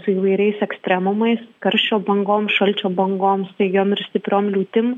su įvairiais ekstremumais karščio bangom šalčio bangom staigiom ir stipriom liūtim